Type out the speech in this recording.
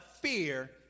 fear